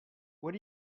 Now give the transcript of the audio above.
what